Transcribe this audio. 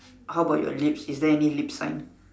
how about your lips is there any lips sign